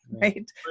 right